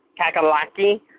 Kakalaki